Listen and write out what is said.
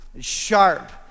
Sharp